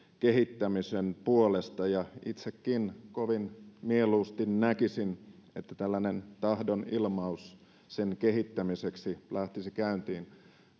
kehittämisen puolesta ja itsekin kovin mieluusti näkisin että tällainen tahdonilmaus sen kehittämiseksi lähtisi käyntiin